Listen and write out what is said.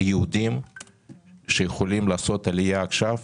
יהודים שיכולים לעשות עלייה עכשיו